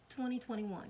2021